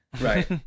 Right